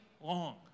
long